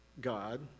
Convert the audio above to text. God